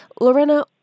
Lorena